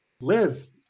Liz